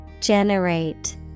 generate